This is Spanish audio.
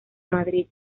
madrid